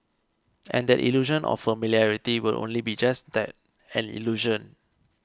and that illusion of familiarity will only be just that an illusion